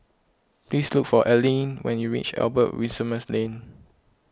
please look for Allene when you reach Albert Winsemius Lane